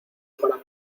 para